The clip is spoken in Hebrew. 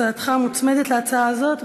הצעתך מוצמדת להצעה הזאת,